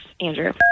andrew